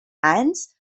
eins